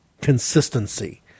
consistency